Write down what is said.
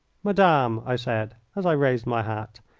madame, i said, as i raised my hat,